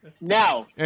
Now